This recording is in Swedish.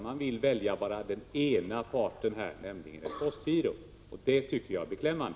De vill välja bara den ena parten, nämligen postgirot. Det tycker jag är beklämmande.